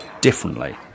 differently